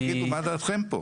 בואו תגידו מה דעתכם פה.